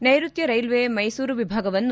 ನೈರುತ್ನ railway Mysuru ವಿಭಾಗವನ್ನು